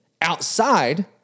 Outside